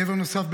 גבר נוסף,